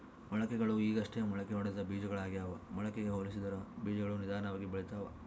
ಮೊಳಕೆಗಳು ಈಗಷ್ಟೇ ಮೊಳಕೆಯೊಡೆದ ಬೀಜಗಳಾಗ್ಯಾವ ಮೊಳಕೆಗೆ ಹೋಲಿಸಿದರ ಬೀಜಗಳು ನಿಧಾನವಾಗಿ ಬೆಳಿತವ